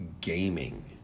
gaming